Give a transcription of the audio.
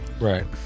right